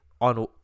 on